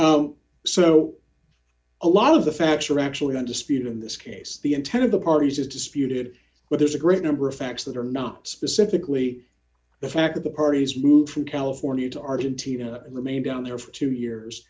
honor so a lot of the facts are actually undisputed in this case the intent of the parties is disputed but there's a great number of facts that are not specifically the fact that the parties moved from california to argentina in the main down there for two years